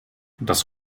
das